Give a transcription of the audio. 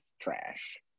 trash